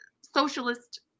socialist